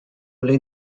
lead